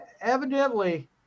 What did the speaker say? evidently